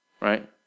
right